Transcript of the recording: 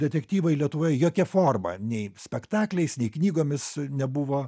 detektyvai lietuvoje jokia forma nei spektakliais nei knygomis nebuvo